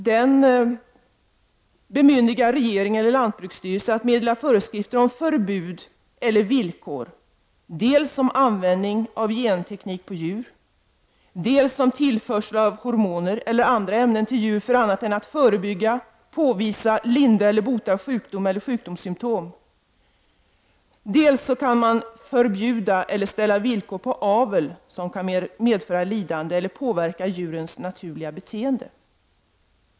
Den bemyndigar regering eller lantbruksstyrelse att meddela föreskrifter om förbud eller villkor, dels om användning av genteknik på djur, dels om tillförsel av hormoner eller andra ämnen till djur för annat än att förebygga, påvisa, lindra eller bota sjukdom eller sjukdomssymtom. Dessutom kan man förbjuda eller ställa villkor på avel som kan medföra lidande eller påverka djurens naturliga beteende.